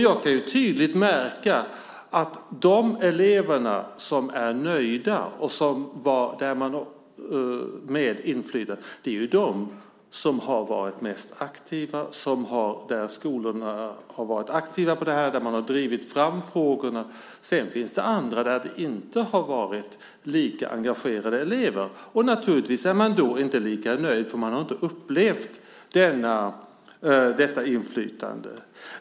Jag har tydligt märkt att de elever som är nöjda med inflytandet är de som har varit mest aktiva och där skolorna har varit aktiva och drivit fram frågorna. Sedan finns det andra där det inte har varit lika engagerade elever. Naturligtvis är man då inte lika nöjd, för man har inte upplevt detta inflytande.